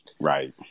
right